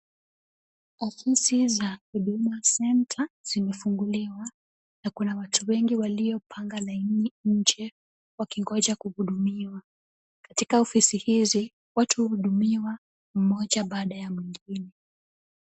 Afisi za Huduma Center zimefunguliwa, na kuna watu wengi waliopanga laini nje wakingoja kuhudumiwa. Katika ofisi hizi watu huhudumiwa mmoja baada ya mwingine.